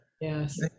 Yes